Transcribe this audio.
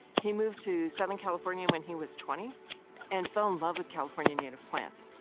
he moved to southern california when he was twenty and fell in love with california native plants.